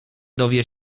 dowie